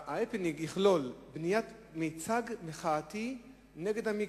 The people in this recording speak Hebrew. ההפנינג יכלול בניית מיצג מחאתי נגד המקווה,